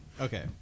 Okay